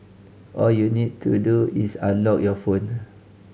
all you need to do is unlock your phone